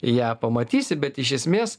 ją pamatysi bet iš esmės